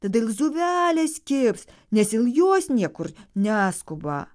tada il zuvelės kibs nes il jos niekur neskuba